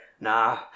nah